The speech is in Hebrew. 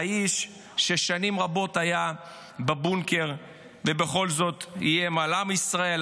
האיש ששנים רבות היה בבונקר ובכל זאת איים על עם ישראל,